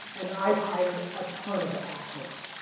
and i've hired a ton of assholes.